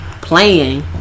Playing